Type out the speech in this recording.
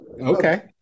Okay